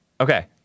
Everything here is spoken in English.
Okay